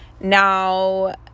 Now